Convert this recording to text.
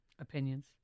Opinions